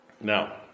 Now